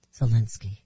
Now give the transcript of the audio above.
Zelensky